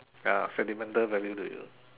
ya sentimental value to you